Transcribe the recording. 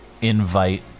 invite